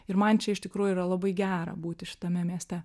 ir man čia iš tikrųjų yra labai gera būti šitame mieste